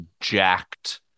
jacked